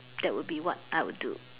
that would be what I would do